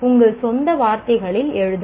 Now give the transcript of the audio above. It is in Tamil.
உங்கள் சொந்த வார்த்தைகளில் எழுதுங்கள்